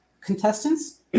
contestants